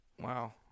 Wow